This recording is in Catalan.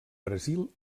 brasil